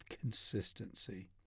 consistency